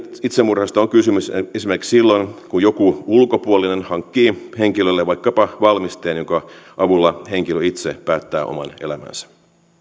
itsemurhasta on kysymys esimerkiksi silloin kun joku ulkopuolinen hankkii henkilölle vaikkapa valmisteen jonka avulla henkilö itse päättää oman elämänsä